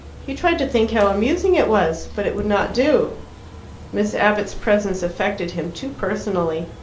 he tried to think how amusing it was but it would not do miss abbott's presence affected him too personally.